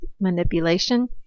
manipulation